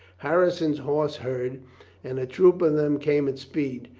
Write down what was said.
harrison's horse heard and a troop of them came at speed.